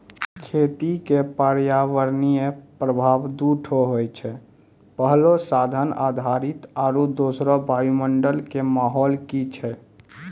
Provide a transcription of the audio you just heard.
खेती क पर्यावरणीय प्रभाव दू ठो होय छै, पहलो साधन आधारित आरु दोसरो वायुमंडल कॅ माहौल की छै